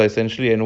now its